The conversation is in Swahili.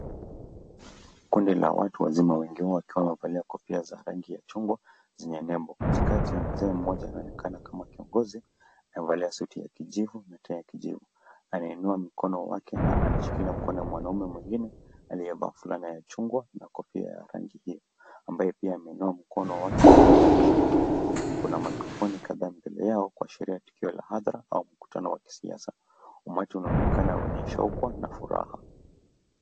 Kundi la watu wazima wengi wao wakiwa wamevalia kofia ya rangi ya chungwa zenye nembo katikati. Mzee mmoja anaonekana kama kiongozi amevalia suti ya kijivu na shati nyeupe anainua mkono wake akishikilia mkono wa mwanaume mwingine aliyevaa fulana ya chungwa na kofia ya njano ambaye pia ameinua mono wake juu akishangilia. Kuna mikrofoni kadhaa mbele yao kuashiria kuwa tokeo la hadhara au mkutano wa kisiasa. Umati unaonekana kuwa umetokwa na furaha.